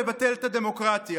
אל תפחיד את הילדים.